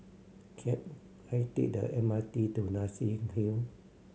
can I take the M R T to Nassim Hill